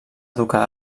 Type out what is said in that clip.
educar